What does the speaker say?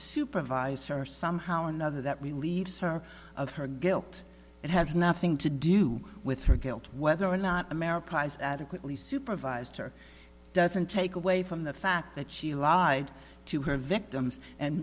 supervise her somehow or another that we leave her of her guilt it has nothing to do with her guilt whether or not america price adequately supervised her doesn't take away from the fact that she lied to her victims and